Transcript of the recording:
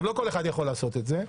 לא כל אחד יכול לעשות את זה,